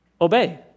obey